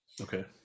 Okay